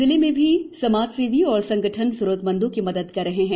जिले में भी समाज सेवी और संगठन जरूरतमंदों की मदद कर रहे हैं